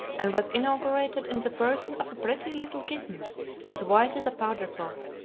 and was inaugurated in the person of a pretty little kitten as white as a powder puff,